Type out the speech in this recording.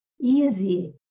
easy